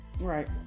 Right